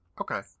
okay